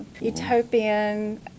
utopian